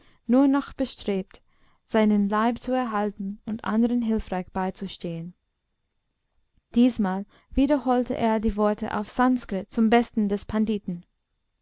nur noch bestrebt seinen leib zu erhalten und anderen hilfreich beizustehen diesmal wiederholte er die worte auf sanskrit zum besten des panditen